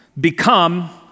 become